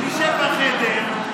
נשב בחדר,